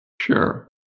Sure